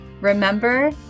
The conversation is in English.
Remember